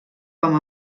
com